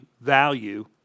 value